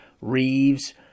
Reeves